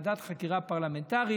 ועדת חקירה פרלמנטרית.